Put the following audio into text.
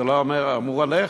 זה לא אמור עליך.